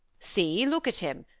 see, look at him.